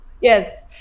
Yes